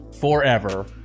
forever